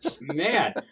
Man